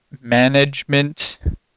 management